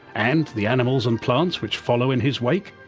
and the animals and plants which follow in his wake.